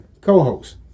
co-host